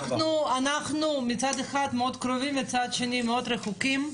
אנחנו מצד אחד מאוד קרובים, מצד שני מאוד רחוקים.